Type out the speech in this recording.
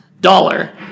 dollar